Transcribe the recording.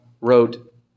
wrote